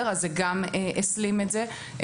זה גם הסלים את זה.